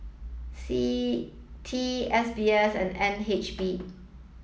CITI S B S and N H B